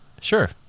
sure